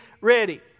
ready